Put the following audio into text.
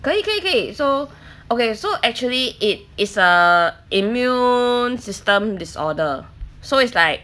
可以可以可以 so okay so actually it is a immune system disorder so it's like